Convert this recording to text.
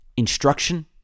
instruction